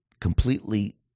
completely